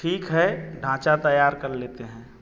ठीक है ढाँचा तैयार कर लेते हैं